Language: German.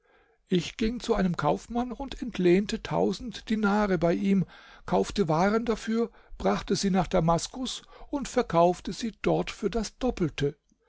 ich ging zu einem kaufmann und entlehnte tausend dinare bei ihm kaufte waren dafür brachte sie nach damaskus und verkaufte sie dort für das doppelte